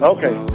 Okay